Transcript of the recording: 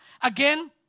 again